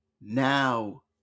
now